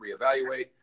reevaluate